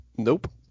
Nope